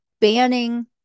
banning